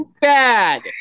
bad